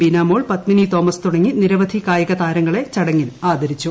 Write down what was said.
ബീനാ മോൾ പത്മിനി തോമസ് തുടങ്ങി നിരവധി കായിക താരങ്ങളെ ചടങ്ങിൽ ആദരിച്ചു